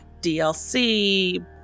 DLC